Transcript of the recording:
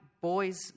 boys